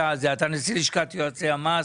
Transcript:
את הנשיא לשכת יועצי המס